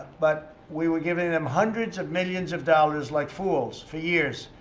but we were giving them hundreds of millions of dollars, like fools, for years,